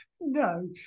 no